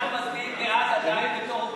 אנחנו מצביעים בעד, עדיין בתור אופוזיציה.